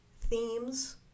themes